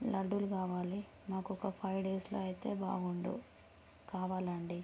లడ్డూలు కావాలి మాకు ఒక ఫైవ్ డేస్లో అయితే బాగుండు కావాలి అండి